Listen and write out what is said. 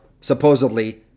supposedly